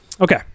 Okay